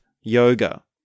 yoga